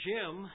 Jim